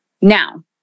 Now